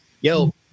Yo